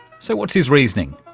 so what's his reasoning?